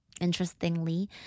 Interestingly